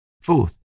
Fourth